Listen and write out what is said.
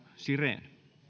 siren